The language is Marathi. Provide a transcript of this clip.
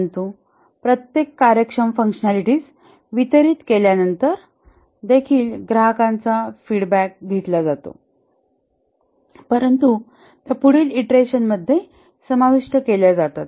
परंतु प्रत्येक कार्यक्षम फँकशनलिटीज वितरित केल्यानंतर देखील ग्राहकांचा फीडबॅक घेतला जातो परंतु त्या पुढील इटरेशनमध्ये समाविष्ट केल्या जातात